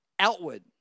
Outward